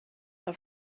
are